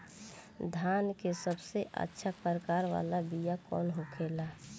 धान के सबसे अच्छा प्रकार वाला बीया कौन होखेला?